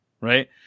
Right